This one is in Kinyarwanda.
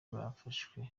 barafashwe